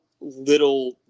little